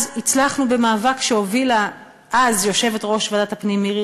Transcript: אז הצלחנו במאבק שהובילה יושבת-ראש ועדת הפנים מירי